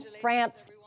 France